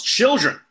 children